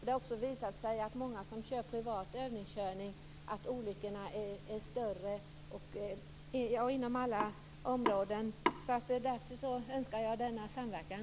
Det har också visat sig att för många som övningskör privat är olyckorna större inom alla områden. Därför önskar jag denna samverkan.